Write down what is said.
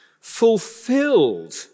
fulfilled